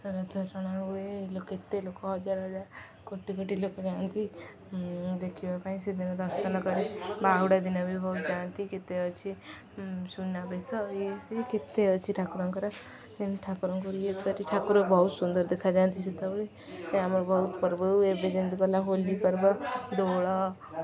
ରଥା ଟଣା ହୁଏ ଲୋ କେତେ ଲୋକ ହଜାର ହଜାର କୋଟି କୋଟି ଲୋକ ଯାଆନ୍ତି ଦେଖିବା ପାଇଁ ସେଦିନ ଦର୍ଶନ କରେ ବାହୁଡ଼ା ଦିନ ବି ବହୁତ ଯାଆନ୍ତି କେତେ ଅଛି ସୁନାବେଶ ଇଏ ସିଏ କେତେ ଅଛି ଠାକୁରଙ୍କର ଯେନ୍ ଠାକୁରଙ୍କୁ ଇଏକରି ଠାକୁର ବହୁତ ସୁନ୍ଦର ଦେଖାଯାଆନ୍ତି ସେତେବେଳେ ଏ ଆମର ବହୁତ ପର୍ବ ହଉ ଏବେ ଯେମିତି ଗଲା ହୋଲି ପର୍ବ ଦୋଳ